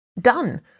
done